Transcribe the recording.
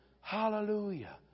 Hallelujah